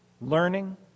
Learning